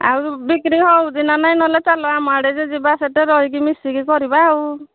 ଆଉ ବିକ୍ରି ହେଉଛି ନା ନାଇଁ ନହେଲେ ଚାଲ ଆମ ଆଡ଼େ ଯେ ଯିବା ସେଠି ରହିକି ମିଶିକି କରିବା ଆଉ